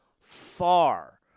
far